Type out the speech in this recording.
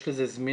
יש לזה זמינות,